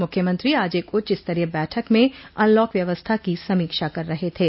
मुख्यमंत्री आज एक उच्च स्तरीय बैठक में अनलॉक व्यवस्था की समीक्षा कर रहे थे